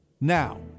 Now